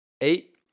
eight